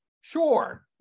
Sure